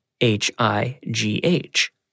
H-I-G-H